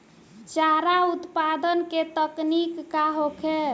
चारा उत्पादन के तकनीक का होखे?